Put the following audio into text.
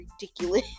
ridiculous